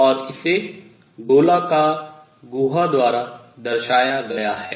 और इसे गोलाकार गुहा गुहिका द्वारा दर्शाया गया है